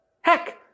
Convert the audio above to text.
Heck